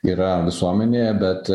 yra visuomenėje bet